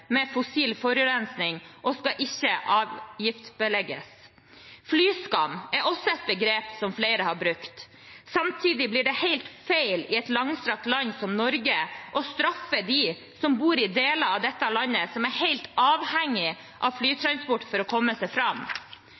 med fossil forurensning, og skal ikke avgiftsbelegges. Flyskam er også et begrep som flere har brukt. Samtidig blir det helt feil i et langstrakt land som Norge å straffe dem som bor i deler av dette landet hvor de er helt avhengig av flytransport for å komme seg fram.